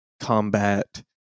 combat